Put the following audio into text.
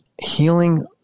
healing